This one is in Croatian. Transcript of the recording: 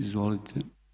Izvolite.